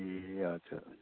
ए हजुर हजुर